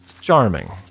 charming